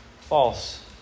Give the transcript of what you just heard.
False